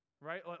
Right